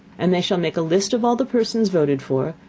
and they shall make a list of all the persons voted for,